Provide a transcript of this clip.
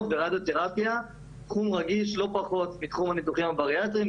ורדיותרפיה - תחום רגיש לא פחות מתחום הניתוחים הבריאטריים.